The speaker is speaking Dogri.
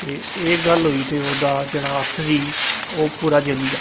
ते एह् गल्ल होई ते ओह्दा जेह्ड़ा हत्थ सी ओह् पूरा जली गेआ